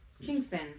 Kingston